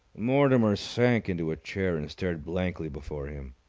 mortimer sank into a chair, and stared blankly before him.